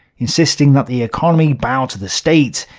insisting that the economy bow to the state,